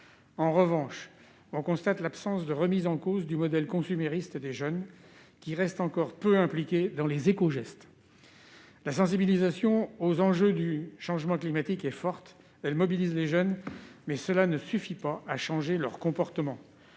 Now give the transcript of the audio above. En revanche, on constate l'absence de remise en cause du modèle consumériste des jeunes, qui restent encore peu impliqués dans les « écogestes ». La sensibilisation aux enjeux du changement climatique est forte ; elle mobilise les jeunes, mais elle ne suffit pas à changer les comportements.